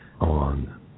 on